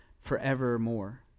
forevermore